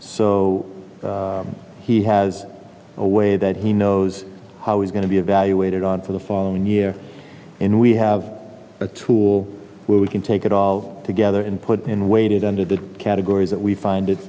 so he has a way that he knows how he's going to be evaluated on for the following year and we have a tool where we can take it all together and put in weighted under the categories that we find